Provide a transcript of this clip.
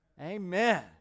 amen